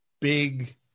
big